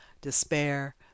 despair